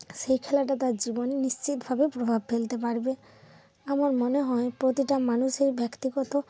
সেই খেলাটা তার জীবনে নিশ্চিতভাবে প্রভাব ফেলতে পারবে আমার মনে হয় প্রতিটা মানুষের ব্যক্তিগত